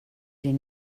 den